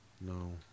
no